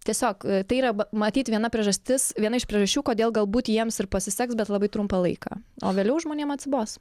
tiesiog tai yra ba matyt viena priežastis viena iš priežasčių kodėl galbūt jiems ir pasiseks bet labai trumpą laiką o vėliau žmonėm atsibos